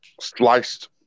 sliced